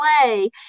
play